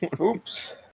oops